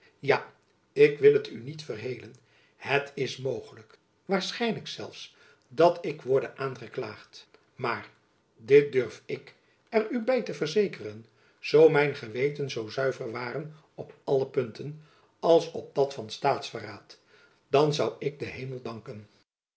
ja ik wil het u niet verhelen het is mogelijk waarschijnlijk zelfs dat ik worde aangeklaagd maar dit durf ik er u by verzekeren zoo mijn geweten zoo zuiver ware op alle punten jacob van lennep elizabeth musch als op dat van staatsverraad dan zoû ik den hemel danken